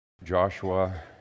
Joshua